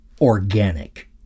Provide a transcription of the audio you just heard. organic